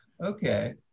Okay